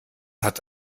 hat